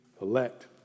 elect